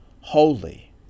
holy